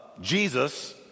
Jesus